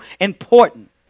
important